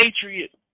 patriot